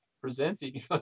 presenting